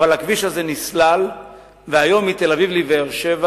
אבל הכביש הזה נסלל והיום מתל-אביב לבאר-שבע